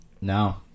No